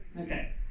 Okay